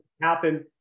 happen